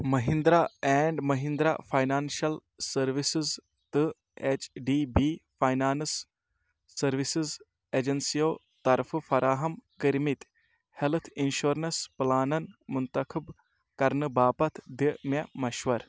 Mahindra and Mahindra financial services تہٕ H D B finance services ایجنسیَو طرفہٕ فراہم کٔرۍ مٕتۍ ہیلتھ انشورنس پلانَن منتخب کرنہٕ باپتھ دِ مےٚ مشوَر